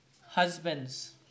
husbands